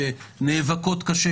שנאבקות קשה,